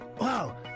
wow